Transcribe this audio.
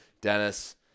Dennis